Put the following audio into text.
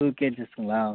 two கேஜிஸ்ங்களா